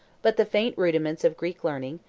but the faint rudiments of greek learning,